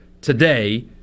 today